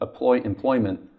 employment